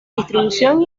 distribución